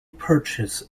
purchase